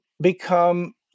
become